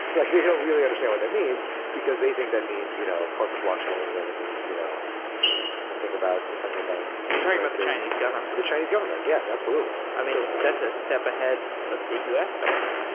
like they don't really understand what that means, because they think that means you know corporate blockchains and it means you know something about the central bank currency. you're talking about the chinese government the chinese government. yes, absolutely i mean, that's a step ahead of the u s. government, right?